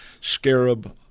Scarab